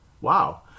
Wow